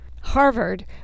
Harvard